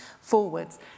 forwards